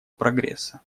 прогресса